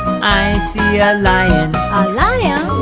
i see a lion. a lion?